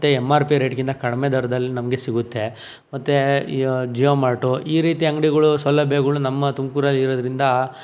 ಮತ್ತೆ M R P ರೇಟ್ಗಿಂತ ಕಡಿಮೆ ದರದಲ್ಲಿ ನಮಗೆ ಸಿಗುತ್ತೆ ಮತ್ತೆ ಜಿಒ ಮಾರ್ಟು ಈ ರೀತಿ ಅಂಗಡಿಗಳು ಸೌಲಭ್ಯಗಳು ನಮ್ಮ ತುಮಕೂರಲ್ಲಿ ಇರೋದ್ರಿಂದ